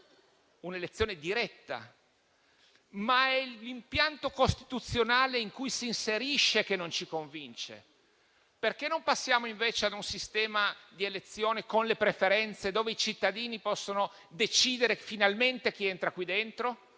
un'elezione diretta, ma è l'impianto costituzionale in cui si inserisce che non ci convince. Perché non passiamo, invece, ad un sistema di elezione con le preferenze, dove i cittadini possono decidere, finalmente, chi entra qui dentro?